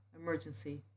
emergency